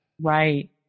Right